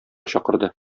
чакырды